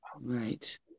Right